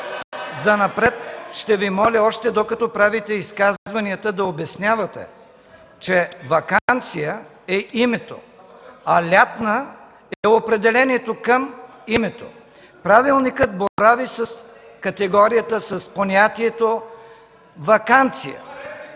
Занапред ще Ви моля, още докато правите изказванията, да обяснявате, че „ваканция” е понятието, а „лятна” е определението към него. Правилникът борави с категорията, с понятието „ваканция”.